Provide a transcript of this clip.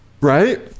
Right